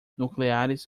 nucleares